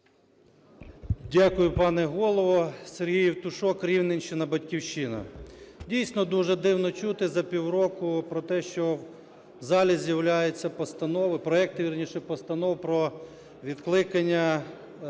Дякую, пане Голово. Сергій Євтушок, Рівненщина, "Батьківщина". Дійсно, дуже дивно чути за півроку про те, що в залі з'являються постанови, проекти, вірніше, постанов про відкликання